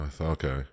Okay